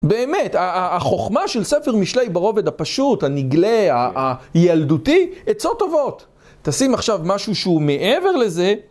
באמת, החוכמה של ספר משלי ברובד הפשוט, הנגלה, הילדותי, עצות טובות. תשים עכשיו משהו שהוא מעבר לזה.